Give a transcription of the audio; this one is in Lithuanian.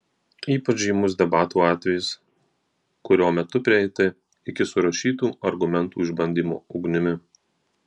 ypač žymus debatų atvejis kurio metu prieita iki surašytų argumentų išbandymo ugnimi